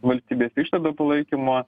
valstybės išlaidų palaikymo